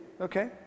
okay